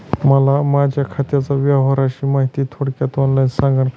मला माझ्या खात्याच्या व्यवहाराची माहिती थोडक्यात ऑनलाईन सांगाल का?